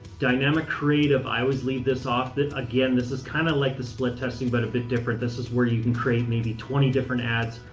dynamic creative, i always leave this off. again, this is kind of like the split testing but a bit different. this is where you can create maybe twenty different ads,